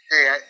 hey